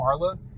Marla